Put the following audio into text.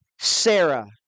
Sarah